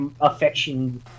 affection